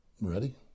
Ready